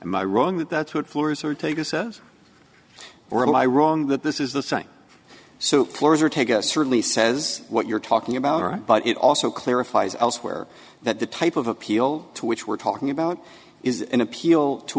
and my wrong that that's what floors are take a says or and i wrong that this is the same so floors or take a certainly says what you're talking about her but it also clarifies elsewhere that the type of appeal to which we're talking about is an appeal to